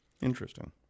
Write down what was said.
Interesting